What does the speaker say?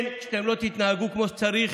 כן, כשאתם לא תתנהגו כמו שצריך